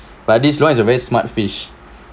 but this lohan is a very smart fish